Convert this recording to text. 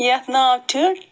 یتھ ناو چھُ